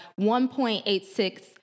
1.86%